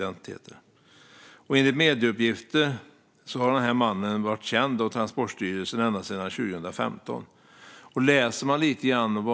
Enligt medieuppgifter har denne man varit känd av Transportstyrelsen ända sedan 2015.